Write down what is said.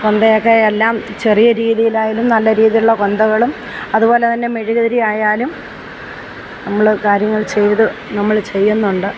കൊന്തയൊക്കെ എല്ലാം ചെറിയ രീതിയിൽ ആയാലും നല്ല രീതിയിലുള്ള കൊന്തകളും അതുപോലെ തന്നെ മെഴുകുതിരി ആയാലും നമ്മൾ കാര്യങ്ങൾ ചെയ്തു നമ്മൾ ചെയ്യുന്നുണ്ട്